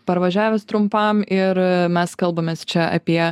parvažiavęs trumpam ir mes kalbamės čia apie